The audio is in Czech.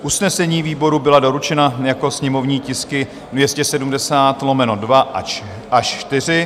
Usnesení výboru byla doručena jako sněmovní tisky 270/2 až 4.